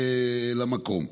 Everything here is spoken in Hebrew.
למקום.